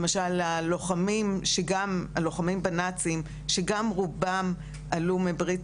למשל לוחמים בנאצים שגם רובם עלו מברית